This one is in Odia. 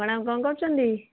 ମ୍ୟାଡ଼ାମ କ'ଣ କରୁଛନ୍ତି